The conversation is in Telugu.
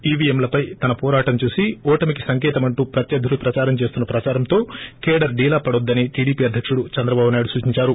ఈవీఎంలపై తన పోరాటం చూసి ఓటమికి సంకేతమంటూ ప్రత్యర్లులు దేస్తున్న ప్రదారంతో కేడర్ డీలా పడొద్దని టీడీపీ అధ్యకుడు చంద్రబాబు నాయుడు సూచిందారు